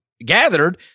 gathered